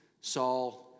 Saul